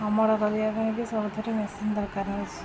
ଅମଳ କରିବା ପାଇଁ ବି ସବୁଥିରେ ମେସିନ୍ ଦରକାର ହେଉଛି